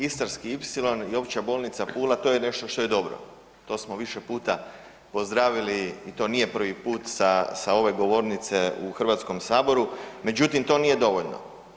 Istarski ipsilon i Opća bolnica Pula to je nešto što je dobro, to smo više puta pozdravili i to nije prvi put sa ove govornice u HS-u, međutim to nije dovoljno.